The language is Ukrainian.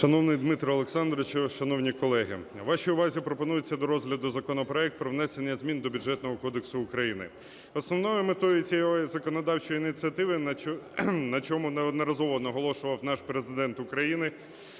Шановний Дмитре Олександровичу, шановні колеги, вашій увазі пропонується до розгляду законопроект про внесення змін до Бюджетного кодексу України. Основною метою цієї законодавчої ініціативи, на чому неодноразово наголошував наш Президент України,